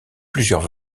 plusieurs